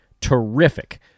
terrific